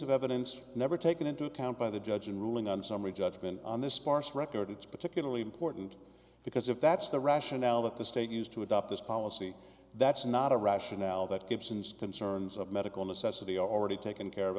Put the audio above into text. of evidence never taken into account by the judge and ruling on summary judgment on this sparse record it's particularly important because if that's the rationale that the state used to adopt this policy that's not a rationale that gibson's concerns of medical necessity are already taken care of